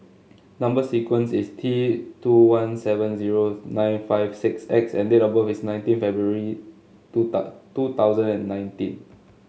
number sequence is T two one seven zero nine five six X and date of birth is nineteen February two two thousand and nineteen